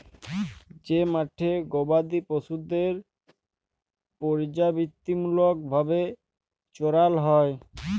যে মাঠে গবাদি পশুদের পর্যাবৃত্তিমূলক ভাবে চরাল হ্যয়